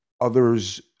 others